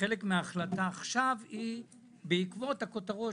חלק מההחלטה עכשיו היא בעקבות הכותרות